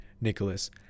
Nicholas